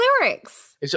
lyrics